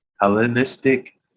Hellenistic